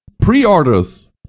Pre-orders